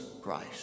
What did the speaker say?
Christ